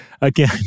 Again